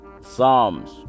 Psalms